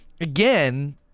again